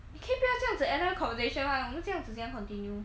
你可以不要这样子 end 那 conversation 吗我们这样子怎样 continue